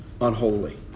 unholy